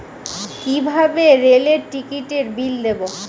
কিভাবে রেলের টিকিটের বিল দেবো?